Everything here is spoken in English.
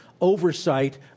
oversight